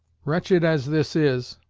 wretched as this is,